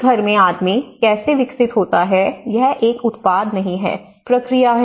एक घर में आदमी कैसे विकसित होता है यह एक उत्पाद नहीं है प्रक्रिया है